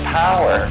power